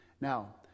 Now